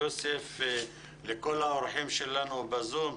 ליוסף ולכל האורחים שלנו ב-זום.